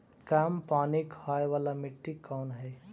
कम पानी खाय वाला मिट्टी कौन हइ?